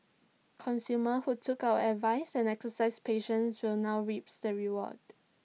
consumers who took our advice and exercised patience will now reap the rewards